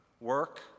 work